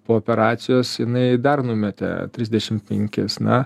po operacijos jinai dar numetė trisdešim penkis na